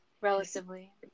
relatively